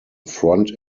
front